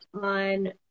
on